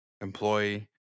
employee